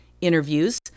interviews